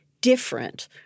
different